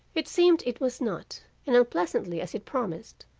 it seemed it was not, and unpleasantly as it promised,